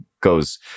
goes